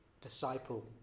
Disciple